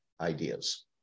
ideas